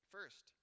First